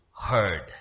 heard